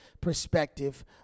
perspective